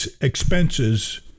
expenses